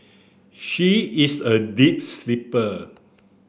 she is a deep sleeper